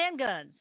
handguns